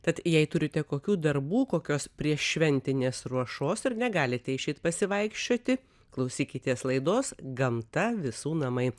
tad jei turite kokių darbų kokios prieššventinės ruošos ir negalite išeit pasivaikščioti klausykitės laidos gamta visų namai